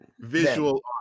visual